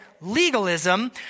legalism